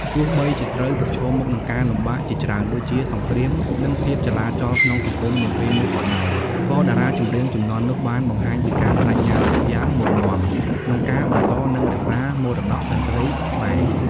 ទោះបីជាត្រូវប្រឈមមុខនឹងការលំបាកជាច្រើន ដូចជាសង្គ្រាម និងភាពចលាចលក្នុងសង្គមនាពេលនោះក៏ដោយ ក៏តារាចម្រៀងជំនាន់នោះបានបង្ហាញពីការប្តេជ្ញាចិត្តយ៉ាងមុតមាំ ក្នុងការបន្ត និងរក្សាមរតកតន្ត្រីខ្មែរ។